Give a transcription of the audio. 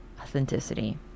authenticity